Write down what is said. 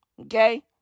Okay